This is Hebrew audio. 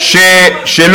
ה"חמאס" תקשיבו,